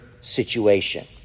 situation